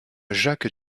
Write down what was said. jacques